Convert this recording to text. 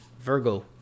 virgo